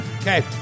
Okay